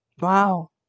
Wow